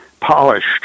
polished